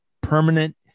permanent